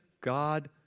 God